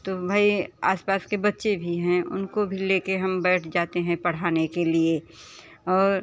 तो भई आस पास के बच्चे भी हैं उनको भी लेके हम बैठ जाते हैं पढ़ाने के लिए और